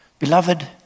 Beloved